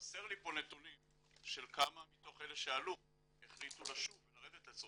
חסר לי פה נתונים של כמה מתוך אלה שעלו החליטו לשוב ולרדת לצרפת.